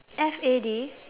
F A D